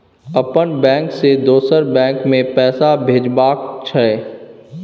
अपन बैंक से दोसर बैंक मे पैसा भेजबाक छै?